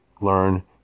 learn